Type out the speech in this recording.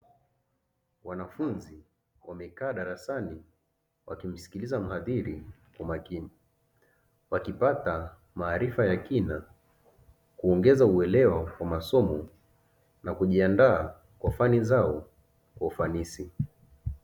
Wanafunzi wamekaa darasani wakimsikiliza mwadhiri kwa makini, wakipata maarifa ya kina kuongeza uelewa wa masomo na kujiandaa kwa fani zao kwa ufanisi.